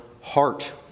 heart